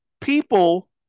people